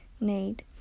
need